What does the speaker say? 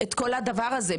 הדבר הזה?